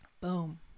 Boom